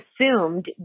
assumed